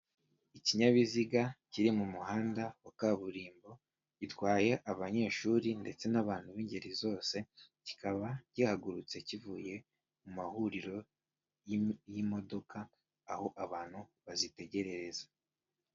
Ikinyabiziga kiri mu muhanda wa kaburimbo, gitwaye abanyeshuri ndetse n'abantu b'ingeri zose, kikaba gihagurutse kivuye mu mahuriro y'imodoka, aho abantu bazitegerereza.